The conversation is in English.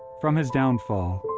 from his downfall,